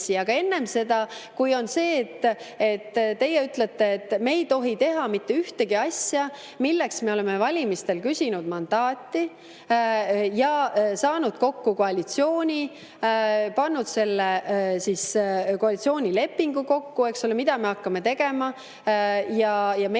Aga enne seda, kui on see, et teie ütlete, et me ei tohi teha mitte ühtegi asja, milleks me oleme valimistel küsinud mandaati, ja saanud kokku koalitsiooni, pannud selle koalitsioonilepingu kokku, mida me hakkame tegema, ja meil on